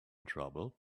trouble